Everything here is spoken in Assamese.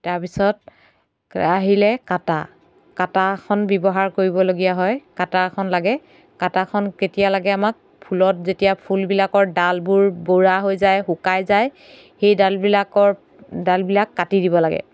তাৰপিছত আহিলে কাটা কাটাখন ব্যৱহাৰ কৰিবলগীয়া হয় কাটাখন লাগে কাটাখন কেতিয়া লাগে আমাক ফুলত যেতিয়া ফুলবিলাকৰ ডালবোৰ বুঢ়া হৈ যায় শুকাই যায় সেই ডালবিলাকৰ ডালবিলাক কাটি দিব লাগে